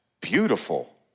beautiful